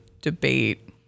debate